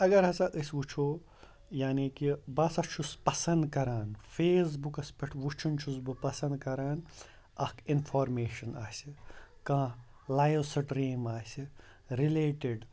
اَگر ہسا أسۍ وٕچھو یعنی کہِ بہٕ ہسا چھُس پَسَنٛد کَران فیسبُکَس پٮ۪ٹھ وٕچھُن چھُس بہٕ پَسَنٛد کَران اَکھ اِنفارمیشَن آسہِ کانٛہہ لایِو سِٹریٖم آسہِ رِلیٹٕڈ